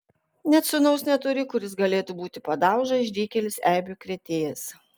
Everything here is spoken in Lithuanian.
net sūnaus neturi kuris galėtų būti padauža išdykėlis eibių krėtėjas